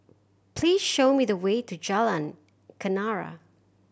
please show me the way to Jalan Kenarah